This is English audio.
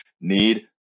need